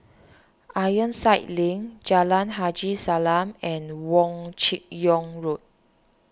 Ironside Link Jalan Haji Salam and Wong Chin Yoke Road